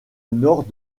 nord